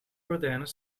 gordijnen